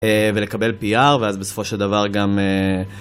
ולקבל PR, ואז בסופו של דבר גם...